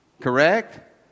Correct